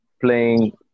playing